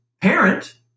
parent